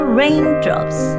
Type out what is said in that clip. raindrops